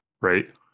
Right